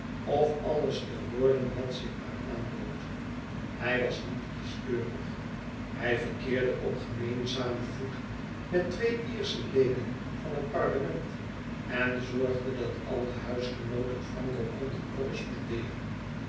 of alles te word en wat zich maar aanbood hij was niet kieskeurig hij verkeerde op gemeenzamen voet met twee iersche leden van het parlement en zorgde dat al de huisgenooten franco konden